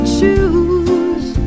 choose